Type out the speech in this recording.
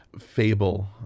fable